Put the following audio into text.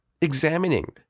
examining